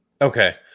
Okay